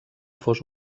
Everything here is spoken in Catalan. fos